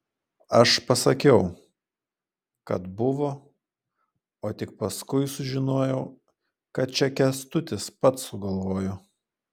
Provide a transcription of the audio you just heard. aš pasakiau kad buvo o tik paskui sužinojau kad čia kęstutis pats sugalvojo